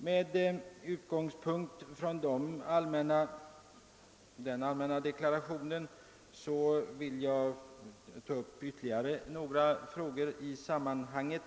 Med denna allmänna deklaration som utgångspunkt vill jag ta upp ytterligare några frågor i sammanhanget.